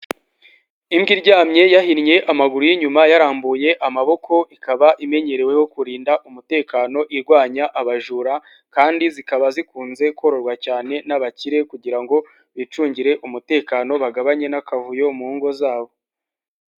Imbwa iryamye yahinnye amaguru y'inyuma yarambuye amaboko ikaba imenyereweho kurinda umutekano, irwanya abajura kandi zikaba zikunze kororwa cyane n'abakire kugira ngo bicungire umutekano bagabanye n'akavuyo mu ngo zabo.